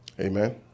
amen